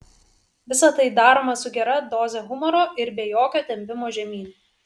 visa tai daroma su gera doze humoro ir be jokio tempimo žemyn